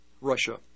Russia